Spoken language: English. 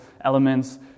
elements